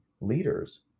leaders